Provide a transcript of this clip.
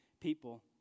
people